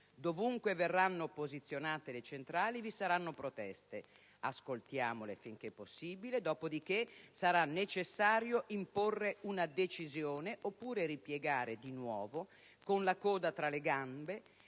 Dovunque verranno posizionate le centrali, vi saranno proteste; ascoltiamole finché possibile, dopodiché sarà necessario imporre una decisione oppure ripiegare di nuovo con la coda tra le gambe,